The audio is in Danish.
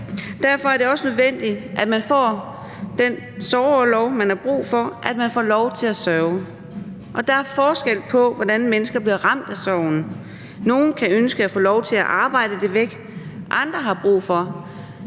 Derfor er det også nødvendigt, at man får den sorgorlov, man har brug for – at man får lov til at sørge. Og der er forskel på, hvordan mennesker bliver ramt af sorgen: Nogle kan ønske at få lov til at arbejde det væk, andre har brug for